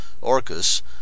Orcus